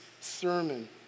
sermon